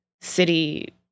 city